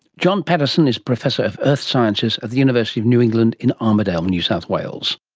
john paterson is professor of earth sciences at the university of new england in armidale, new south wales